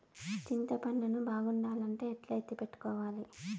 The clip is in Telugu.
చింతపండు ను బాగుండాలంటే ఎట్లా ఎత్తిపెట్టుకోవాలి?